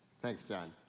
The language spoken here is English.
thanks, john.